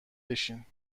بشین